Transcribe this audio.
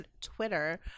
Twitter